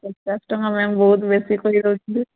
ପଚାଶ ଟଙ୍କା ମ୍ୟାମ୍ ବହୁତ ବେଶୀ କହି ଦେଉଛନ୍ତି